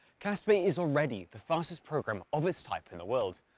cassper is already the fastest program of its type in the world,